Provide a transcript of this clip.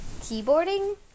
Keyboarding